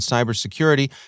Cybersecurity